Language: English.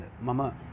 Mama